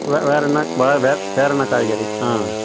வே வேற என்ன வா வே வேற என்ன காய்கறி ஆ